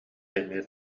эмиэ